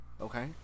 okay